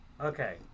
Okay